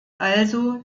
also